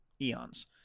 eons